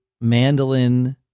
mandolin